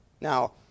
Now